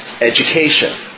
education